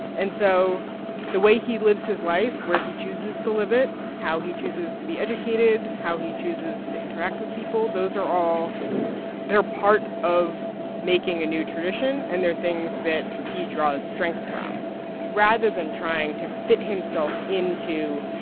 and so the way he lives his life, where he chooses to live it, how he chooses to be educated, how he chooses to interact with people those are all they're part of making a new tradition and they're things that he draws strength from rather than trying to fit himself into,